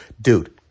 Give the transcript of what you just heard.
Dude